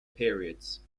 periods